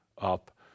up